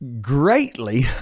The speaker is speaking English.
greatly